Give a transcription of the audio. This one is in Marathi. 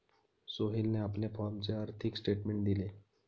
सोहेलने आपल्या फॉर्मचे आर्थिक स्टेटमेंट दिले